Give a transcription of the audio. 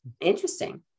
Interesting